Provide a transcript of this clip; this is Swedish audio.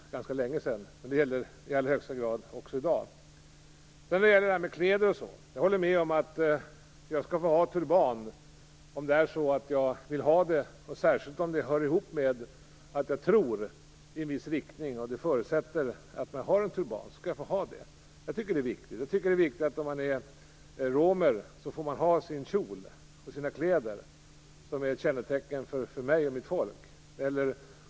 Det är ganska länge sedan, men det gäller i allra högsta grad också i dag. Jag instämmer när det gäller frågan om klädsel och annat. Jag skall få bära turban om jag vill det, särskilt om det hör ihop med att jag har en tro i en viss riktning. Om min tro förutsätter att jag bär turban skall jag få göra det. Det är viktigt. Om jag är romer skall jag få ha min kjol och mina kläder, som ett kännetecken för mig och mitt folk.